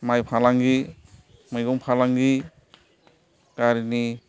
माइ फालांगि मैगं फालांगि गारिनि